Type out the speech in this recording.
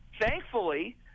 thankfully